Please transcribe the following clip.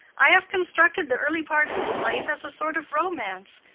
i have constructed the early part of his life as a sort of romance.